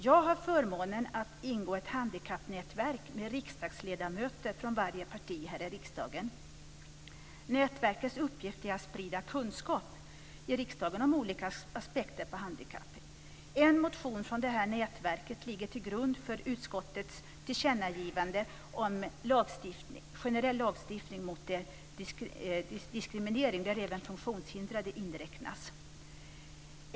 Jag har förmånen att ingå i ett handikappnätverk med riksdagsledamöter från varje parti i riksdagen. Nätverkets uppgift är att sprida kunskap i riksdagen om olika aspekter på handikapp. En motion från detta nätverk ligger till grund för utskottets tillkännagivande om generell lagstiftning mot diskriminering - där även funktionshindrade inräknas.